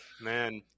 Man